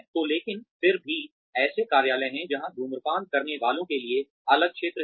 तो लेकिन फिर भी ऐसे कार्यालय हैं जहां धूम्रपान करने वालों के लिए अलग क्षेत्र हैं